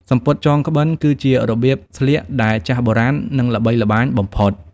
សំពត់ចងក្បិន គឺជារបៀបស្លៀកដែលចាស់បុរាណនិងល្បីល្បាញបំផុត។